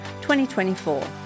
2024